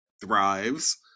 thrives